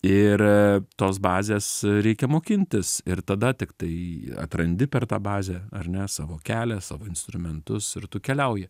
ir tos bazės reikia mokintis ir tada tiktai atrandi per tą bazę ar ne savo kelią savo instrumentus ir tu keliauji